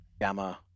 Gamma